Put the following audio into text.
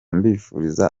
mbifuriza